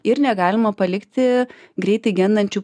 ir negalima palikti greitai gendančių